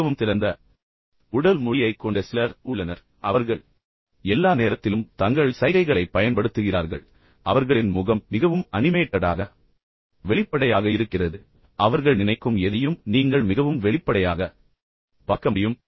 மிகவும் திறந்த உடல் மொழியைக் கொண்ட சிலர் உள்ளனர் அவர்கள் எல்லா நேரத்திலும் தங்கள் சைகைகளைப் பயன்படுத்துகிறார்கள் அவர்களின் முகம் மிகவும் அனிமேட்டடாக வெளிப்படையாக இருக்கிறது அவர்கள் நினைக்கும் எதையும் நீங்கள் மிகவும் வெளிப்படையாக பார்க்க முடியும்